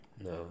No